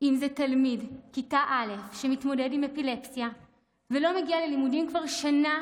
אם זה תלמיד כיתה א' שמתמודד עם אפילפסיה ולא מגיע ללימודים כבר שנה